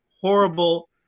horrible